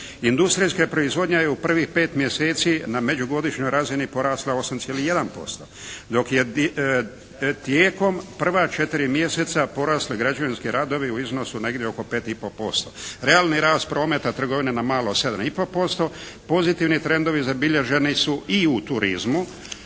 Industrijska proizvodnja je u prvih pet mjeseci na međugodišnjoj razini porasla 8,1%, dok je tijekom prva četiri mjeseca porasli građevinski radovi u iznosu negdje oko 5,5%. Realni rast prometa trgovina na malo od 7,5%. Pozitivni trendovi zabilježeni su i u turizmu,